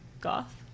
Goth